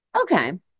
Okay